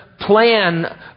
plan